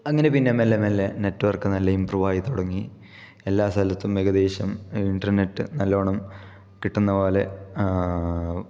അങ്ങനെ പിന്നെ മെല്ലെ മെല്ലെ നെറ്റ് വർക്ക് നല്ല ഇംപ്രൂവ് ആയി തുടങ്ങി എല്ലാ സ്ഥലത്തും ഏകദേശം ഇന്റർനെറ്റ് നല്ലോണം കിട്ടുന്നത് പോലെ